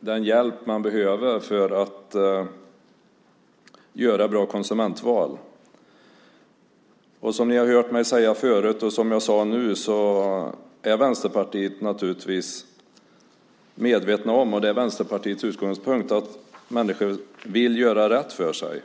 den hjälp som de behöver för att göra bra konsumentval. Och som ni har hört mig säga förut är Vänsterpartiet naturligtvis medvetet om - och det är Vänsterpartiets utgångspunkt - att människor vill göra rätt för sig.